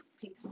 Peace